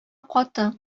каты